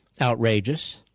outrageous